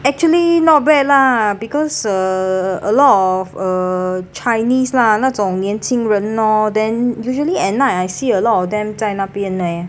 actually not bad lah because uh a lot of uh chinese lah 那种年轻人 lor then usually at night I see a lot of them 在那边 leh